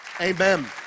Amen